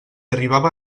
arribava